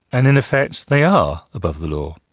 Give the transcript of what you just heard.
and in effect they are above the law.